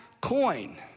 coin